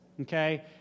okay